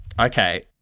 okay